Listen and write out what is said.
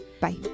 Bye